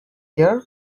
care